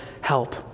help